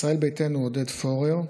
ישראל ביתנו, עודד פורר,